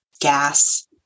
gas